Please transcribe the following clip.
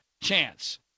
chance